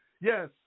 Yes